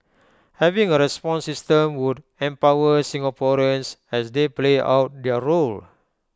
having A response system would empower Singaporeans as they play out their role